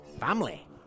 Family